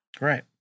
Right